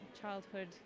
childhood